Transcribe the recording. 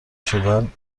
شدن